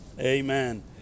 Amen